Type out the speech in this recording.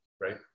right